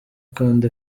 kandi